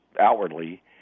outwardly